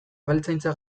abeltzaintza